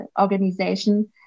organization